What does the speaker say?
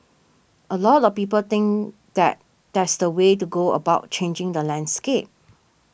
a lot of people think that that's the way to go about changing the landscape